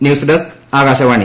news desk Akashvani